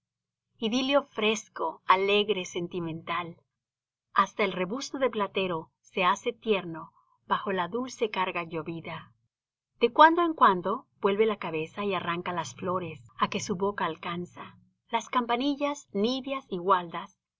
idilio fresco alegre sentimental hasta el rebuzno de platero se hace tierno bajo la dulce carga llovida de cuando en cuando vuelve la cabeza y arranca las flores á que su boca alcanza las campanillas níveas